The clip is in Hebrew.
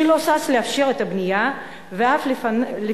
שלא שש לאפשר את הבנייה, ואף להיפך,